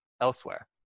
elsewhere